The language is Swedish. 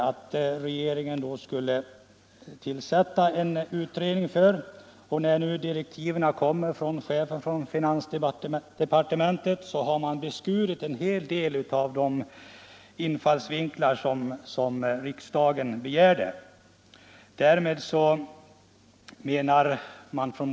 Men när finansministern nu har meddelat utredningen dess direktiv för arbetet visar det sig att en hel del av vad riksdagen begärde att utredningen skulle syssla med har skurits bort.